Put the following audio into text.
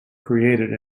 created